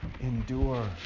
Endure